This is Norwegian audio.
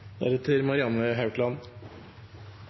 da er det